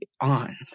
on